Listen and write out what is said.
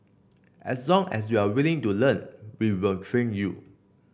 as long as you're willing to learn we will train you